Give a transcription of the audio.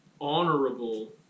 honorable